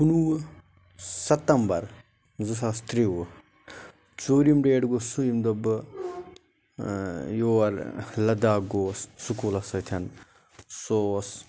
کُنہٕ وُہ سَتمبر زٕ ساس ترٛوٚوُہ ژورِم ڈیٹ گوٚو سُہ ییٚمہِ دۄہ بہٕ یور لَداخ گووَس سکوٗلِس سۭتۍ سُہ اوس